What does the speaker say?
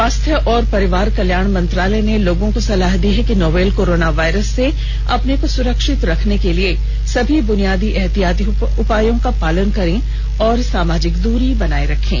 स्वास्थ्य और परिवार कल्याण मंत्रालय ने लोगों को सलाह दी है कि वे नोवल कोरोना वायरस से अपने को सुरक्षित रखने के लिए सभी बुनियादी एहतियाती उपायों का पालन करें और सामाजिक दूरी बनाए रखें